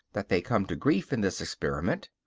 that they come to grief in this experiment.